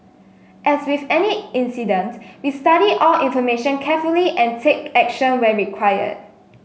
as with any incident we study all information carefully and take action where required